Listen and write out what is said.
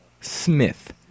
Smith